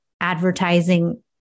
advertising